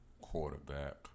quarterback